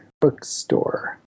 bookstore